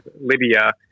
Libya